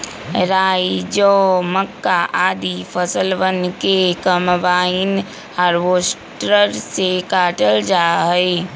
राई, जौ, मक्का, आदि फसलवन के कम्बाइन हार्वेसटर से काटल जा हई